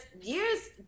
years